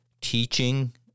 teaching